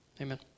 amen